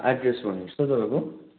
address भन्नुहोस् त तपाईँको